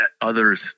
others